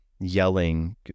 yelling